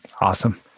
Awesome